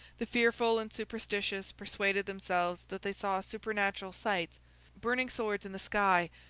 the fearful and superstitious persuaded themselves that they saw supernatural sights burning swords in the sky,